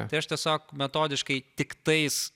tai aš tiesiog metodiškai tiktais